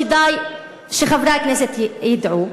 כדאי שחברי הכנסת ידעו,